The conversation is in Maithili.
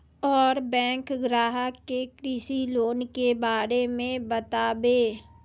और बैंक ग्राहक के कृषि लोन के बारे मे बातेबे?